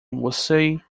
woolsey